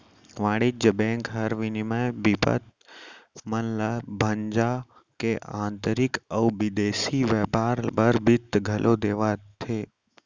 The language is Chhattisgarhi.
वाणिज्य बेंक हर विनिमय बिपत मन ल भंजा के आंतरिक अउ बिदेसी बैयपार बर बित्त घलौ देवाथे